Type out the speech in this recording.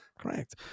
Correct